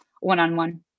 one-on-one